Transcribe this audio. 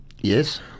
yes